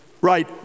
Right